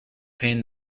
pain